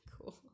cool